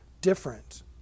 different